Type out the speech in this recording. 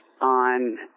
on